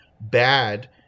bad